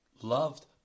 loved